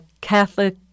Catholic